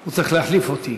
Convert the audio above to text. הוא צריך להחליף אותי.